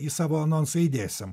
į savo anonsą įdėsim